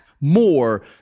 more